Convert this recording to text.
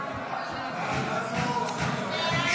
ההצעה להעביר את הנושא לוועדת החוקה,